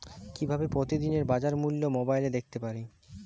কিভাবে প্রতিদিনের বাজার মূল্য মোবাইলে দেখতে পারি?